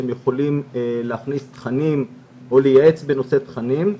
שהם יכולים להכניס תכנים או לייעץ בנושא תכנים.